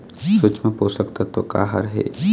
सूक्ष्म पोषक तत्व का हर हे?